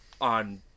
on